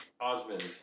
Osmond